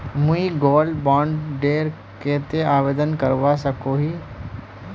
मुई gold bond डेर केते आवेदन करवा सकोहो ही?